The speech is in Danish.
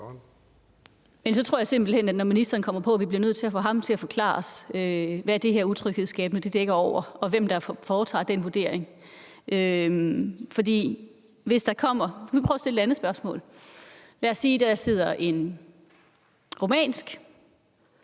Men så tror jeg simpelt hen, at vi, når ministeren kommer op, bliver nødt til at få ham til at forklare os, hvad det her utryghedsskabende dækker over, og hvem der foretager den vurdering. Jeg kan prøve at stille et andet spørgsmål. Lad os sige, at der sidder en rumænsk